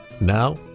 Now